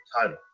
Title